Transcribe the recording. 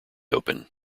open